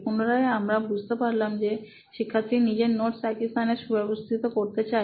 পুনরায় আমরা বুঝতে পারলাম যে শিক্ষার্থীর নিজের নোট একই স্থানে সুব্যবস্থিত করতে চায়